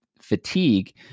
fatigue